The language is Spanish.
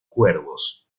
cuervos